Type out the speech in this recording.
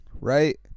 right